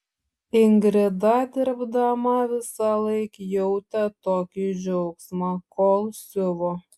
ingrida dirbdama visąlaik jautė tokį džiaugsmą kol siuvo